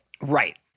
Right